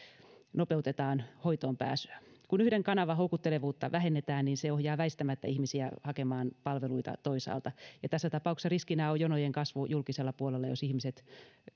nopeutetaan hoitoon pääsyä kun yhden kanavan houkuttelevuutta vähennetään niin se ohjaa väistämättä ihmisiä hakemaan palveluita toisaalta ja tässä tapauksessa riskinä on jonojen kasvu julkisella puolella jos ihmiset